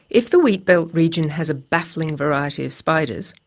if the wheatbelt region has a baffling variety of spiders,